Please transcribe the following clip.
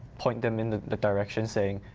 point them in the direction saying,